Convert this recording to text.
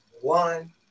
one